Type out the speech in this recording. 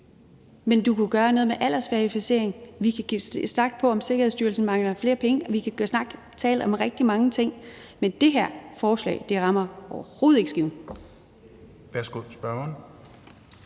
Man kunne gøre noget med aldersverificering; vi kunne tage en snak om, at Sikkerhedsstyrelsen skal have flere penge; vi kunne tale om rigtig mange ting. Men det her forslag rammer overhovedet ikke skiven.